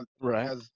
Right